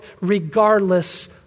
regardless